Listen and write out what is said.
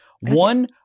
One